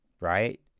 Right